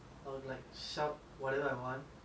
irritate them